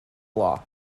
law